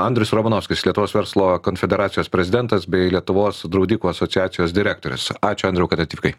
andrius romanovskis lietuvos verslo konfederacijos prezidentas bei lietuvos draudikų asociacijos direktorius ačiū andriau kad atvykai